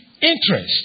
interest